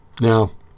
Now